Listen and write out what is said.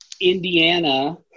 Indiana